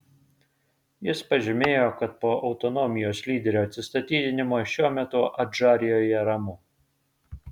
jis pažymėjo kad po autonomijos lyderio atsistatydinimo šiuo metu adžarijoje ramu